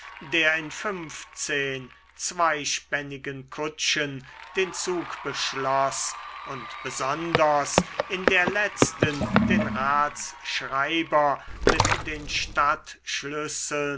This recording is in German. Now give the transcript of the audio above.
der in fünfzehn zweispännigen kutschen den zug beschloß und besonders in der letzten den ratsschreiber mit den